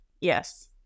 Yes